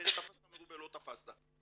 כנראה תפסת מרובה לא תפסת.